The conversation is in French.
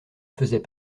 faisait